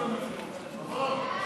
54 והוראת